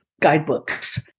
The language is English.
guidebooks